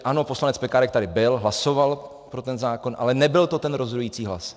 Ano, poslanec Pekárek tady byl, hlasoval pro zákon, ale nebyl to ten rozhodující hlas.